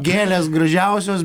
gėlės gražiausios